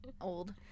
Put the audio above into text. old